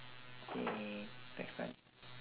!yay! next time